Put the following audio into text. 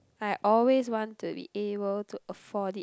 I always want to be able to afford it